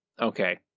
Okay